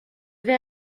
vais